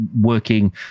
working